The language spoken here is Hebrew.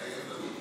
מתחייב אני